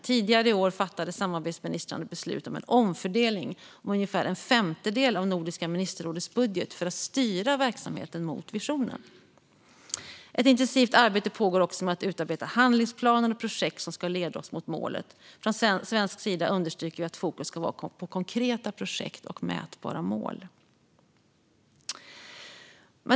Tidigare i år fattade samarbetsministrarna beslut om en omfördelning av ungefär en femtedel av Nordiska ministerrådets budget för att styra verksamheten mot visionen. Ett intensivt arbete pågår också med att utarbeta handlingsplaner och projekt som ska leda oss mot målet. Från svensk sida understryker vi att fokus ska vara på konkreta projekt och mätbara mål.